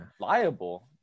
Liable